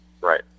right